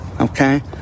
Okay